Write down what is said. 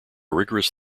rigorous